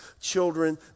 children